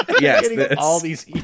Yes